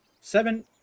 Seven